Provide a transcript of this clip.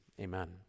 Amen